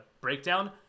breakdown